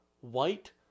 white